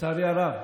לצערי הרב,